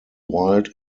wild